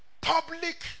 public